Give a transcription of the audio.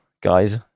guys